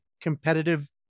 competitive